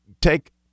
take